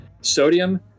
sodium